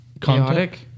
Chaotic